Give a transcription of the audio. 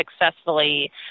successfully